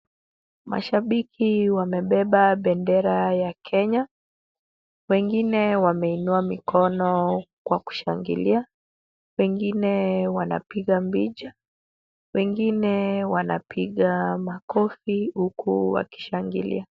Mashabiki, wamebeba bendera ya Kenya. Wengine wameinua mikono kwa kushangilia. Wengine wanapiga mbija. Wengine wanapiga makofi huku wakishangilia.